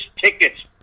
tickets